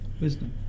Wisdom